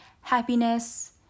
happiness